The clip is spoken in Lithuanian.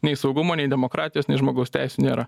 nei saugumo nei demokratijos nei žmogaus teisių nėra